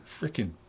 freaking